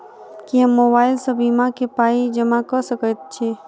की हम मोबाइल सअ बीमा केँ पाई जमा कऽ सकैत छी?